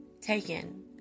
taken